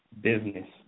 business